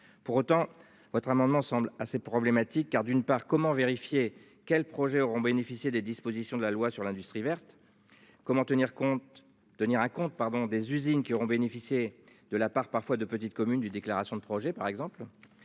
pour autant votre amendement semble assez problématique car d'une part comment vérifier quel projets auront bénéficié des dispositions de la loi sur l'industrie verte. Comment tenir compte. Raconte pardon des usines qui auront bénéficié de la part parfois de petites communes du déclaration de projet par exemple.